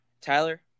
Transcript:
Tyler